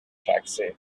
taxi